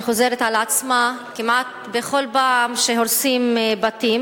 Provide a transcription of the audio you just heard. שחוזרת על עצמה כמעט בכל פעם שהורסים בתים,